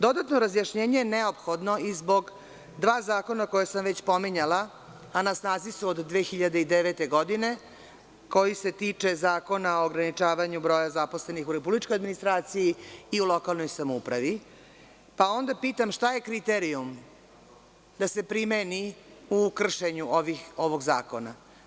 Dodatno razjašnjenje je neophodno i zbog dva zakona koja sam već pominjala, a na snazi su od 2009. godine, koji se tiče Zakona o ograničavanju broja zaposlenih u republičkoj administraciji i u lokalnoj samoupravi, pa onda pitam šta je kriterijum da se primeni u kršenju ovog zakona?